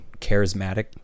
charismatic